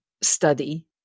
study